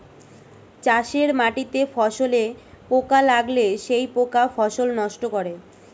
চাষের মাটিতে ফসলে পোকা লাগলে সেই পোকা ফসল নষ্ট করে